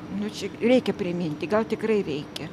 nu čia reikia priminti gal tikrai reikia